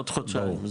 עוד חודשיים,